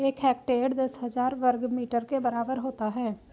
एक हेक्टेयर दस हजार वर्ग मीटर के बराबर होता है